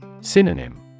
Synonym